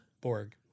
borg